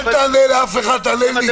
אל תענה לאף אחד, תענה לי.